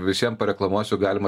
visiem pareklamuosiu galima